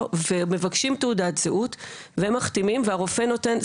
ומבקשים תעודת זהות ומחתימים והרופא נותן,